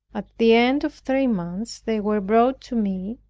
at the end of three months they were brought to me,